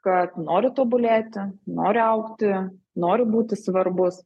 kad nori tobulėti nori augti noriu būti svarbus